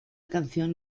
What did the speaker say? canción